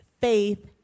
faith